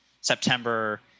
September